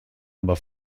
aber